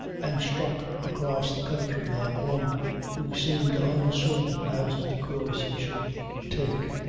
and struck across the country like one who seemed uncertain as to the course he should take.